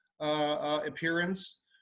appearance